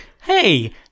hey